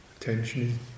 Attention